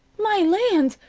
my land!